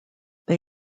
they